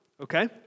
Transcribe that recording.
Okay